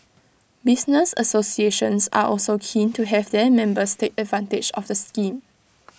business associations are also keen to have their members take advantage of the scheme